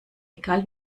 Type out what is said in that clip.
egal